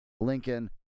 Lincoln